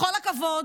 בכל הכבוד,